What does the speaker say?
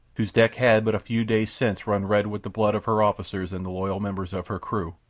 whose decks had but a few days since run red with the blood of her officers and the loyal members of her crew,